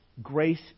Grace